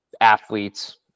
athletes